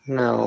no